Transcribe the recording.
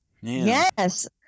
Yes